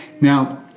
Now